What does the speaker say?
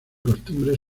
costumbre